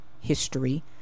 history